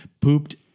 pooped